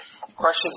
questions